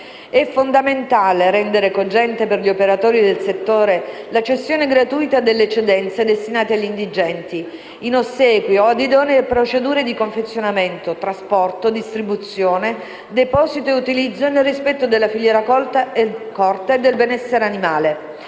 È fondamentale rendere cogente per gli operatori del settore la cessione gratuita delle eccedenze destinate agli indigenti, in ossequio ad idonee procedure di confezionamento, trasporto, distribuzione, deposito e utilizzo e nel rispetto della filiera corta e del benessere animale.